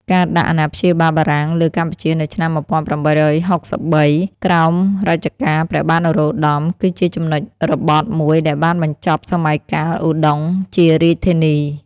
ការដាក់អាណាព្យាបាលបារាំងលើកម្ពុជានៅឆ្នាំ ១៨៦៣ ក្រោមរជ្ជកាលព្រះបាទនរោត្តម គឺជាចំណុចរបត់មួយដែលបានបញ្ចប់សម័យកាលឧដុង្គជារាជធានី។